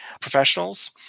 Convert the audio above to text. professionals